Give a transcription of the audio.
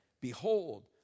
behold